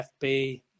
fb